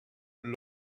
alone